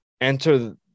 enter